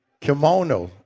kimono